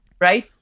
right